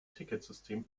ticketsystem